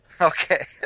Okay